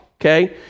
okay